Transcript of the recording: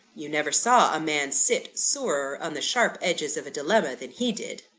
you never saw a man sit sorer on the sharp edges of a dilemma than he did.